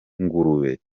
ngurube